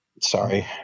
Sorry